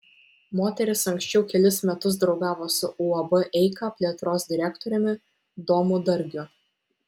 moteris anksčiau kelis metus draugavo su uab eika plėtros direktoriumi domu dargiu